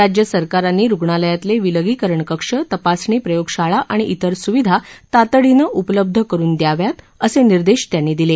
राज्य सरकारांनी रुग्णालयातले विलगीकरण कक्ष तपासणी प्रयोगशाळा आणि इतर सुविधा तातडीनं उपलब्ध करुन द्याव्यात असे निर्देश त्यांनी दिले